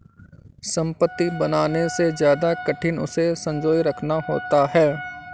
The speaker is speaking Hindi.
संपत्ति बनाने से ज्यादा कठिन उसे संजोए रखना होता है